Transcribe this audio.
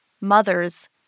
mothers